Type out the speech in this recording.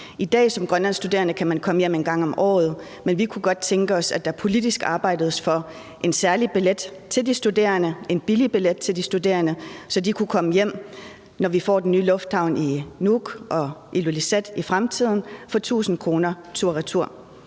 I dag kan man som grønlandsk studerende komme hjem en gang om året, men vi kunne godt tænke os, at der politisk blev arbejdet for en indføre en særlig, billig billet til de studerende, så de, når vi i fremtiden får de nye lufthavne i Nuuk og Ilulissat, kan komme hjem for 1.000 kr. tur-retur.